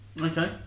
Okay